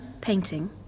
painting